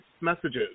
messages